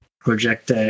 project